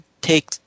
take